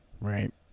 Right